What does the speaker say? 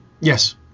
Yes